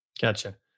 Gotcha